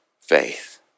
faith